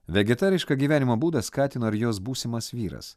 vegetarišką gyvenimo būdą skatino ir jos būsimas vyras